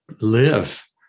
live